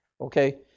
okay